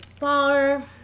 bar